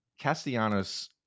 Castellanos